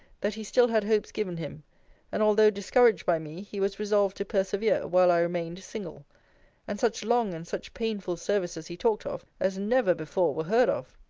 that he still had hopes given him and, although discouraged by me, he was resolved to persevere, while i remained single and such long and such painful services he talked of, as never before were heard of.